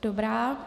Dobrá.